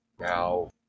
Now